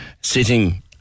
sitting